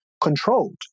controlled